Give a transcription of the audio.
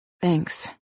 Thanks